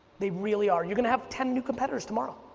they really are, you're going to have ten new competitors tomorrow,